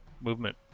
movement